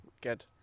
Good